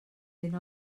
fent